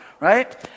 right